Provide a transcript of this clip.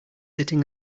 sitting